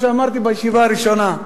מה שאמרתי בישיבה הראשונה.